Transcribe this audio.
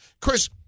Chris